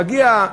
מגיע,